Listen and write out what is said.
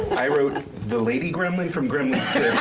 i wrote the lady gremlin from gremlins two.